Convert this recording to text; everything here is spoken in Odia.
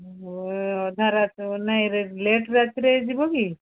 ଅଧା ରାତି ନାଇଁ ଲେଟ୍ ରାତିରେ ଯିବ କି